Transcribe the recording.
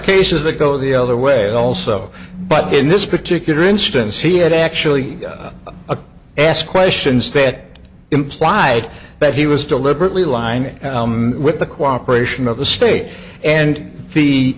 cases that go the other way also but in this particular instance he had actually a ask questions that implied that he was deliberately lining with the cooperation of the state and the